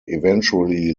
eventually